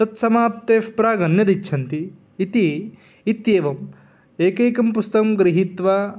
तत्समाप्तेः प्राग् अन्यदिच्छन्ति इति इत्येवम् एकैकं पुस्तकं गृहीत्वा